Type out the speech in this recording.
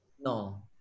No